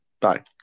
Bye